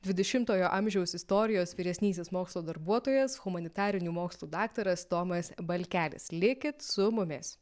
dvidešimtojo amžiaus istorijos vyresnysis mokslo darbuotojas humanitarinių mokslų daktaras tomas balkelis likit su mumis